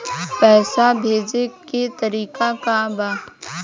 पैसा भेजे के तरीका का बा?